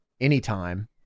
anytime